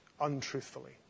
untruthfully